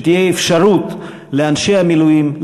שתהיה אפשרות לאנשי המילואים,